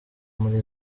muri